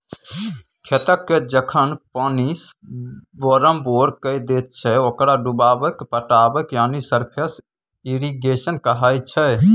खेतकेँ जखन पानिसँ बोरमबोर कए दैत छै ओकरा डुबाएकेँ पटाएब यानी सरफेस इरिगेशन कहय छै